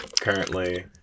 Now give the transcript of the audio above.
Currently